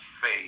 faith